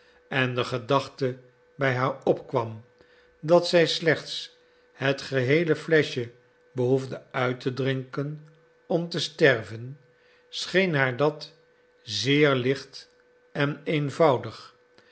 en de gedachte bij haar opkwam dat zij slechts het geheele fleschje behoefde uit te drinken om te sterven scheen haar dat zeer licht en eenvoudig